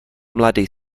mladý